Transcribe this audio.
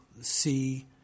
see